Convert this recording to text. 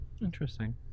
Interesting